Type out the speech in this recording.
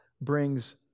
brings